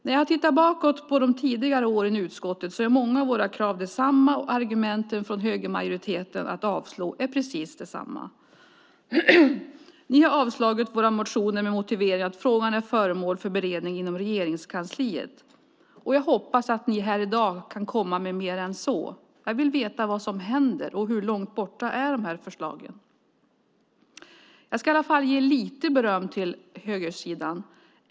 När jag har tittat bakåt på tidigare år i utskottet har jag sett att många av våra krav är desamma och att argumenten från högermajoriteten för att avslå är precis desamma. Ni har avstyrkt våra motioner med motiveringen att frågan är föremål för beredning inom Regeringskansliet. Jag hoppas att ni i dag kan komma med mer än så. Jag vill veta vad som händer och hur långt borta de här förslagen är. Jag ska i alla fall ge lite beröm till högersidan.